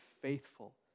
faithful